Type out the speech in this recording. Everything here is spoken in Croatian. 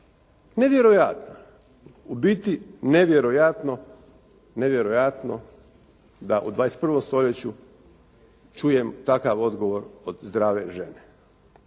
nevjerojatno, nevjerojatno da u 21. stoljeću čujem takav odgovor od zdrave žene.